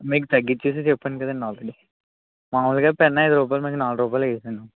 మీకు తగ్గించి చెప్పాను కదండి ఆల్రెడీ మామూలుగా పెన్ అయిదు రూపాయలు మీకు నాలుగు రూపాయలు వేసాను